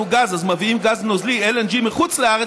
גז אז מביאים גז נוזלי LNG מחוץ-לארץ,